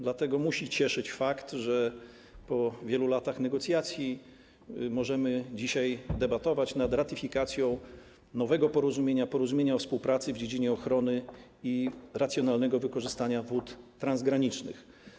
Dlatego musi cieszyć fakt, że po wielu latach negocjacji możemy dzisiaj debatować nad ratyfikacją nowego porozumienia, porozumienia o współpracy w dziedzinie ochrony i racjonalnego wykorzystania wód transgranicznych.